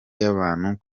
y’abantu